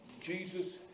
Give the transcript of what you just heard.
Jesus